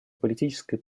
политической